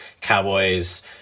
Cowboys